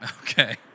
Okay